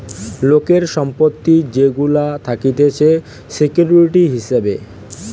লোকের সম্পত্তি যেগুলা থাকতিছে সিকিউরিটি হিসাবে